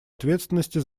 ответственности